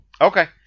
Okay